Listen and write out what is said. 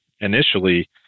initially